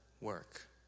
work